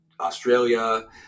Australia